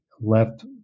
left